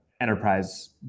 enterprise